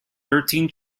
thirteen